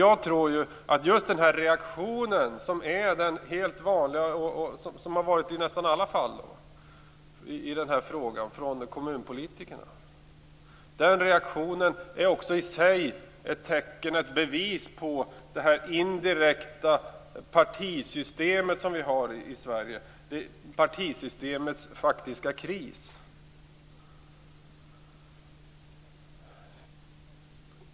Jag tror ju att just den här reaktionen, som är den helt vanliga och som har förekommit i nästan alla fall från kommunpolitikerna, också i sig är ett tecken, ett bevis, på krisen för det indirekta partisystem som vi har i Sverige.